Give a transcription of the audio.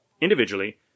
Individually